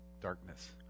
darkness